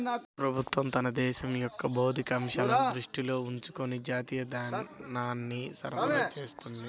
ప్రభుత్వం తన దేశం యొక్క భౌతిక అంశాలను దృష్టిలో ఉంచుకొని జాతీయ ధనాన్ని సరఫరా చేస్తుంది